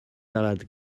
siarad